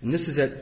and this is that